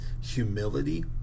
humility